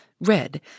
red